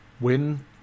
win